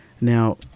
Now